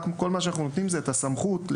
כל מה שאנחנו עושים זה לתת את הסמכות לקבוע